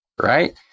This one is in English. right